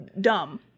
dumb